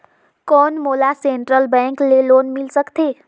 कौन मोला central bank ले लोन मिल सकथे?